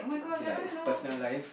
K lah is personal life